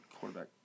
quarterback